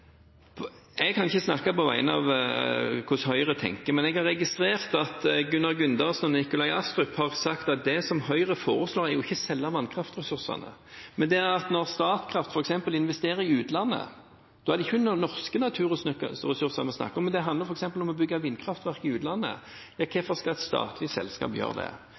Jeg kan ikke snakke på vegne av Høyre om hvordan Høyre tenker, men jeg har registrert at Gunnar Gundersen og Nikolai Astrup har sagt at det som Høyre foreslår, er ikke å selge vannkraftressursene, men at når Statkraft f.eks. investerer i utlandet, er det ikke norske naturressurser man snakker om, det handler f.eks. om å bygge vindkraftverk i utlandet, og hvorfor skal et statlig selskap gjøre det?